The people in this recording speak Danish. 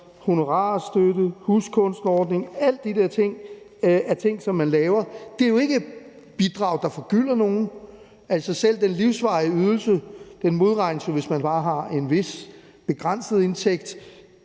honorarstøtte og huskunstnerordninger. Alle de der ting er ting, som man laver. Det er jo ikke bidrag, der forgylder nogen. Selv den livsvarige ydelse modregnes jo, hvis man bare har en vis, begrænset indtægt.